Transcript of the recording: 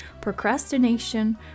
procrastination